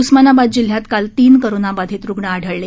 उस्मानाबाद जिल्ह्यात काल तीन कोरोनाबाधित रुग्ण आढळले